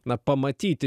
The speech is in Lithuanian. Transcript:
na pamatyti